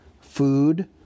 food